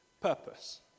purpose